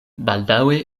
baldaŭe